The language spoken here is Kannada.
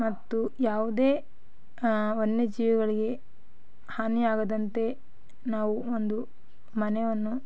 ಮತ್ತು ಯಾವುದೇ ವನ್ಯಜೀವಿಗಳಿಗೆ ಹಾನಿಯಾಗದಂತೆ ನಾವು ಒಂದು ಮನೆಯನ್ನು